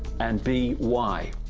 and b why?